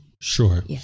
Sure